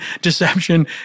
deception